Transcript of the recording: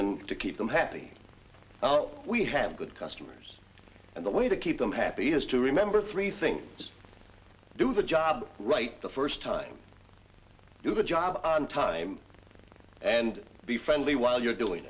and to keep them happy we have good customers and the way to keep them happy is to remember three things just do the job right the first time do the job on time and be friendly while you're doing